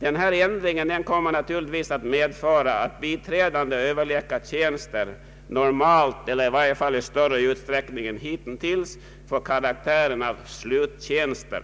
Den föreslagna ändringen kommer naturligtvis att medföra att biträdande överläkartjänster normalt eller i varje fall i större utsträckning än hittills får karaktären av sluttjänster.